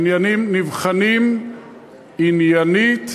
העניינים נבחנים עניינית,